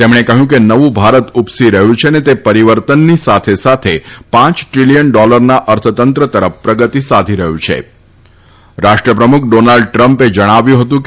તેમણે કહ્યું કે નવું ભારત ઉપસી રહ્યું છે અને તે પરિવર્તનની સાથે સાથે પ દ્રીલીયન ડોલરના અર્થતંત્ર તરફ પ્રગતિ સાધી રહ્યું છેરાષ્ટ્રપ્રમુખ ડોનાલ્ડ ટ્રમ્પે જણાવ્યું હતું કે